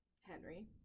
Henry